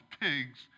pigs